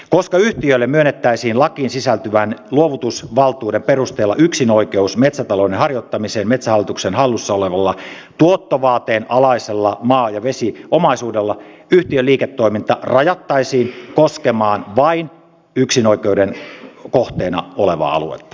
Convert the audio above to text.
koska yhtiölle myönnettäisiin lakiin sisältyvän luovutusvaltuuden perusteella yksinoikeus metsätalouden harjoittamiseen metsähallituksen hallussa olevalla tuottovaateen alaisella maa ja vesiomaisuudella yhtiön liiketoiminta rajattaisiin koskemaan vain yksinoikeuden kohteena olevaa aluetta